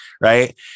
right